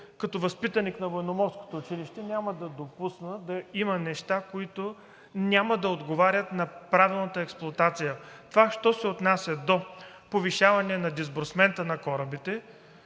като възпитаник на Военноморското училище няма да допусна да има неща, които няма да отговарят на правилната експлоатация. Що се отнася до повишаване на дисбурсмента на корабите